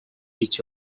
each